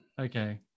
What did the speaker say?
Okay